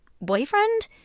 boyfriend